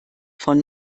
von